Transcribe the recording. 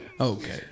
Okay